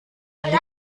alle